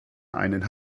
einen